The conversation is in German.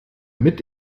mit